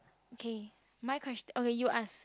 okay my question okay you ask